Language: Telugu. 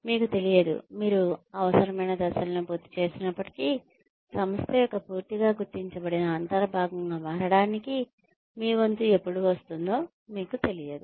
మీకు తెలియదు మీరు అవసరమైన దశలను పూర్తి చేసినప్పటికీ సంస్థ యొక్క పూర్తిగా గుర్తించబడిన అంతర్భాగంగా మారడానికి మీ వంతు ఎప్పుడు వస్తుందో మీకు తెలియదు